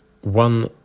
one